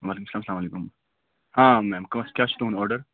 وعلیکُم السلام السلام علیکُم ہاں میم کٲنٛسہِ کیٛاہ چھُ تُہُنٛد آڈر